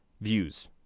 views